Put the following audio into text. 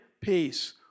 peace